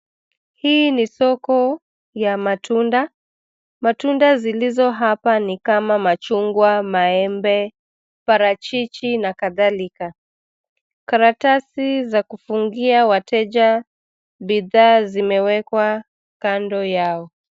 Hii ni soko ya matunda, matunda zilizo hapa ni kama machungwa, maembe ,parachichi na kadhalika. Karatasi za kufungia wateja bidhaa zimewekwa kando yao.